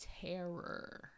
terror